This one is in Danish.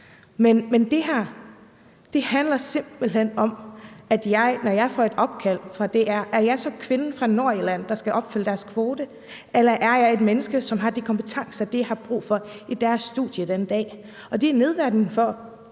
Men det her handler simpelt hen om, om jeg, når jeg får et opkald fra DR, så er kvinden fra Nordjylland, der skal opfylde deres kvote, eller om jeg er et menneske, som har de kompetencer, de har brug for i deres studie den dag. Det er nedværdigende for